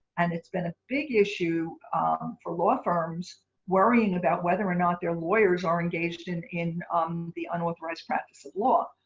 and it's been a big issue for law firms worrying about whether or not their lawyers are engaged in in um the unauthorized practice of law.